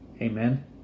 Amen